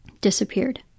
disappeared